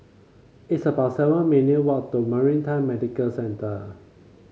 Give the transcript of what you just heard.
it's about seven minute walk to Maritime Medical Centre